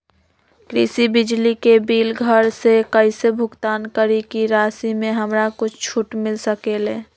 कृषि बिजली के बिल घर से कईसे भुगतान करी की राशि मे हमरा कुछ छूट मिल सकेले?